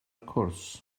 cwrs